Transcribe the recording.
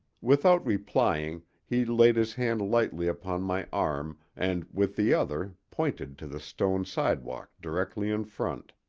without replying he laid his hand lightly upon my arm and with the other pointed to the stone sidewalk directly in front.